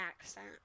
accent